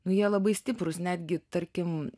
nu jie labai stiprūs netgi tarkim